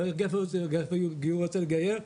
אגף הגיור רוצה לגייר,